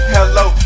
Hello